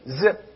zip